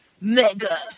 Mega